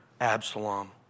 Absalom